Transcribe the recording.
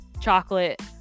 chocolate